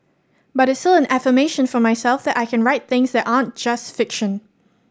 but it's affirmation for myself that I can write things that aren't just fiction